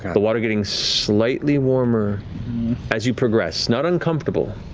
the water getting slightly warmer as you progress. not uncomfortable,